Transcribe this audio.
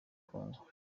congo